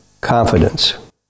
confidence